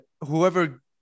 whoever